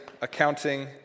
accounting